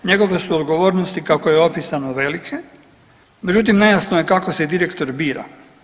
Njegove su odgovornosti kako je opisano velike, međutim nejasno je kako se direktor bira.